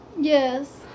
Yes